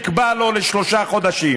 והוא נקבע לו לשלושה חודשים.